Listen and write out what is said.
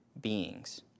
beings